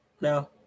No